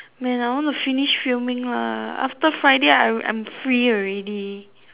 man I want to finish filming lah after Friday I'm free already